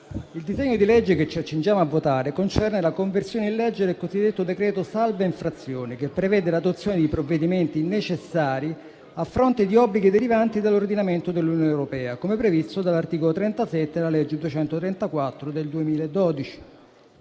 Il disegno di legge che ci accingiamo a votare concerne la conversione in legge del cosiddetto decreto salva infrazioni, che prevede l'adozione di provvedimenti necessari a fronte di obblighi derivanti dall'ordinamento dell'Unione europea, come previsto dall'articolo 37 della legge n. 234 del 2012.